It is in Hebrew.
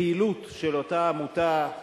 פעילות של אותה עמותה,